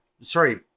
sorry